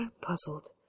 puzzled